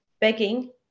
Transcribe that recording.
begging